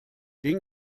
den